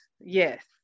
Yes